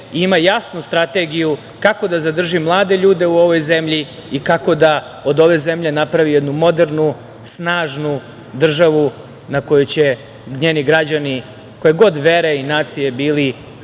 ima jasnu strategiju kako da zadrži mlade ljude u ovoj zemlji i kako da od ove zemlje napravi jednu modernu, snažnu državu, na koju će njeni građani, koje god vere i nacije bili,